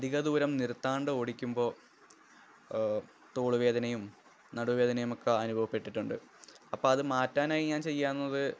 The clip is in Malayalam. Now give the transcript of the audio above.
അധിക ദൂരം നിര്ത്താണ്ട് ഓടിക്കുമ്പോൾ തോളുവേദനയും നടുവേദനയുമൊക്കെ അനുഭവപ്പെട്ടിട്ടുണ്ട് അപ്പോൾ അതു മാറ്റാനായി ഞാന് ചെയ്യുക എന്നത്